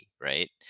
right